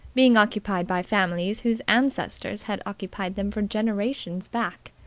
being occupied by families whose ancestors had occupied them for generations back.